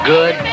Good